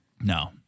No